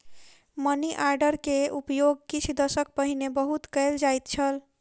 money order के उपयोग किछ दशक पहिने बहुत कयल जाइत छल